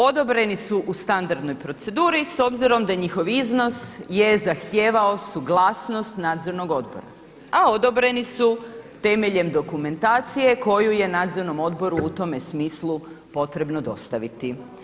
Odobreni su u standardnoj proceduri s obzirom da njihov iznos je zahtijevao suglasnost nadzornog odbora, a odobreni su temeljem dokumentacije koju je nadzornom odboru u tome smislu potrebno dostaviti.